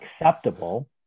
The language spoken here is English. acceptable